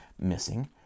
missing